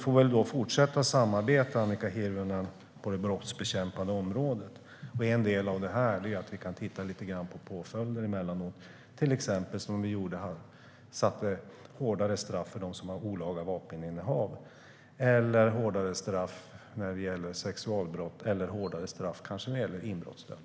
Låt oss fortsätta att samarbeta på det brottsbekämpande området. En del av det är att emellanåt titta på påföljder, vilket vi till exempel gör när vi inför hårdare straff för olaga vapeninnehav, sexualbrott och kanske inbrottsstöld.